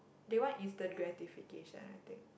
they want is the gratification I think